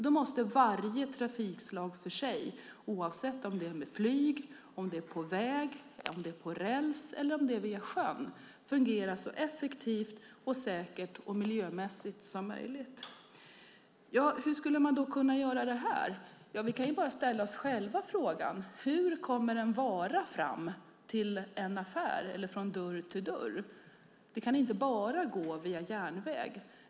Då måste varje trafikslag för sig - oavsett om det är med flyg, på väg, på räls eller via sjön - fungera så effektivt, säkert och miljömässigt som möjligt. Hur skulle man då kunna göra detta? Ja, vi kan bara ställa oss själva frågan: Hur kommer en vara fram till en affär eller från dörr till dörr? Det kan inte bara gå via järnväg.